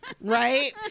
Right